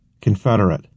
Confederate